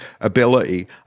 ability